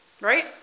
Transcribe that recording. right